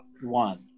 one